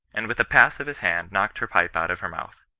and with a pass of his hand knocked her pipe out of her mouth.